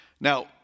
Now